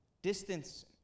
Distance